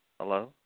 Hello